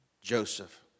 Joseph